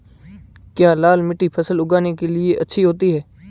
क्या लाल मिट्टी फसल उगाने के लिए अच्छी होती है?